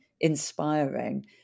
inspiring